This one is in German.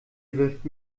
wirft